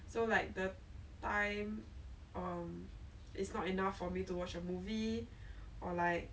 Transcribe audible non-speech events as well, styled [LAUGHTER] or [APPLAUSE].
I am going to sleep first then I'm gonna eat then I'm going to talk to my friends something like that so it was quite [NOISE]